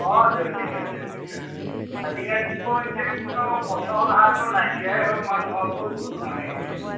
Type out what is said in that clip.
অঁ জৈৱিক সাৰ জৈৱিক সাৰ আজিকালিতো এতিয়া আৰু পচন সাৰটো নাইকিয়াই হ'ল মানুহৰ গৰু নায়েই